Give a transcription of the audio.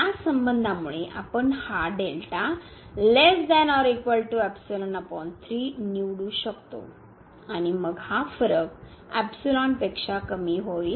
या संबंधामुळे आपण हा निवडू शकतो आणि मग हा फरक पेक्षा कमी होईल